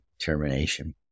termination